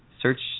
search